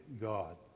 God